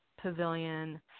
pavilion